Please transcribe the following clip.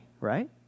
right